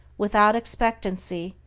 without expectancy,